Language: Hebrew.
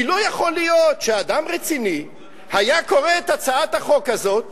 כי לא יכול להיות שאדם רציני היה קורא את הצעת החוק הזאת